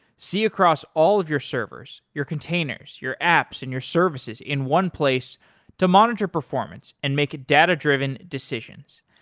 see across all of your servers, your containers, your apps and your services in one place to monitor performance and to make data driven decisions.